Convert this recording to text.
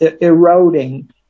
eroding